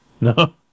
No